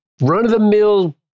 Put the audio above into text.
run-of-the-mill